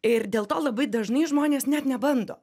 ir dėl to labai dažnai žmonės net nebando